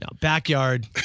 Backyard